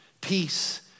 Peace